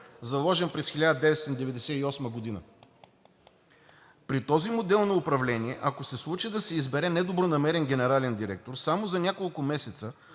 заложен през 1998 г. При този модел на управление, ако се случи да се избере недобронамерен генерален директор, само за няколко месеца